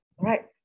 right